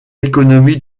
économie